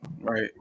right